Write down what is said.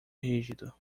rígido